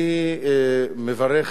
אני מברך,